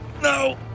No